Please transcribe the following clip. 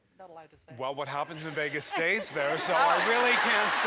like well, what happens in vegas stays there, so i really can't